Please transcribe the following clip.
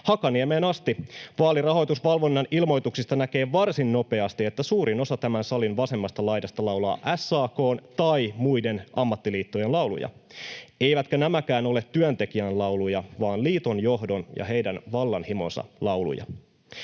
Hakaniemeen asti. Vaalirahoitusvalvonnan ilmoituksista näkee varsin nopeasti, että suurin osa tämän salin vasemmasta laidasta laulaa SAK:n tai muiden ammattiliittojen lauluja, eivätkä nämäkään ole työntekijän lauluja vaan liiton johdon ja heidän vallanhimonsa lauluja.